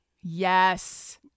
Yes